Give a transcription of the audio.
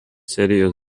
serijos